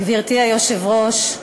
גברתי היושבת-ראש,